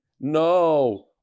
No